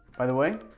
by the way,